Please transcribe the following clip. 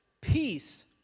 peace